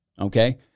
okay